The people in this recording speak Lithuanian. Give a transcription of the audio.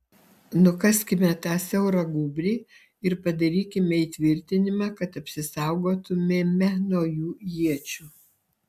nukaskime tą siaurą gūbrį ir padarykime įtvirtinimą kad apsisaugotumėme nuo jų iečių